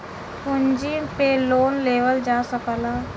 पूँजी पे लोन लेवल जा सकला